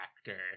actor